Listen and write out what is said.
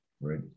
right